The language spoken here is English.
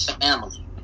family